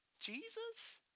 Jesus